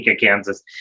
Kansas